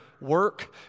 work